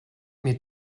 mir